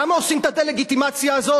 למה עושים את הדה-לגיטימציה הזאת?